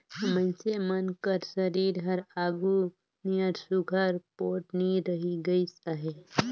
मइनसे मन कर सरीर हर आघु नियर सुग्घर पोठ नी रहि गइस अहे